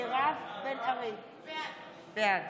בעד